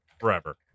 forever